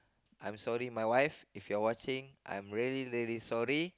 I'm sorry my wife if you are watching I'm really really sorry